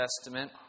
Testament